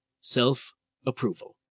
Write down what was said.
self-approval